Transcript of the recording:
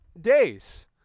days